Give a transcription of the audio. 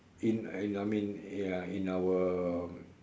in uh I mean ya in our